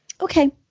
Okay